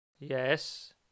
yes